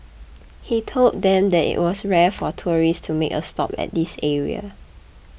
he told them that it was rare for tourist to make a stop at this area